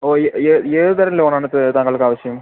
ഓ ഏതു തരം ലോണാണ് സർ താങ്കൾക്ക് ആവശ്യം